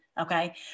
Okay